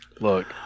Look